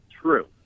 true